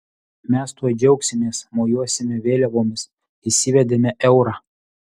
mes tuoj džiaugsimės mojuosime vėliavomis įsivedėme eurą